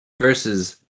versus